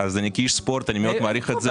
כאיש ספורט אני מאוד מעריך את זה.